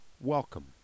welcome